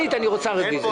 נמנעים,